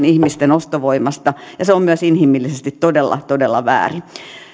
ihmisten ostovoimasta ja se on myös inhimillisesti todella todella väärin